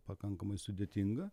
pakankamai sudėtinga